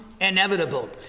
inevitable